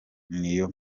niyo